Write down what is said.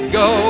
go